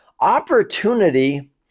opportunity